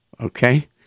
Okay